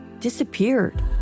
disappeared